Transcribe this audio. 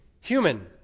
human